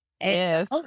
Yes